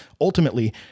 ultimately